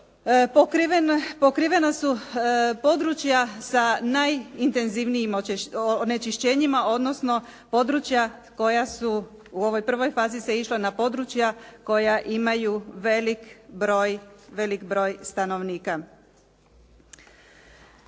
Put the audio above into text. Pokrivena su područja sa najintenzivnijim onečišćenjima odnosno područja koja su u ovoj prvoj fazi se išlo na područja koja imaju veliki broj stanovnika.